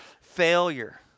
failure